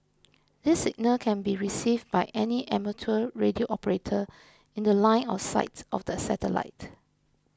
this signal can be received by any amateur radio operator in The Line of sight of the satellite